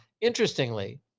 interestingly